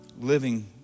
living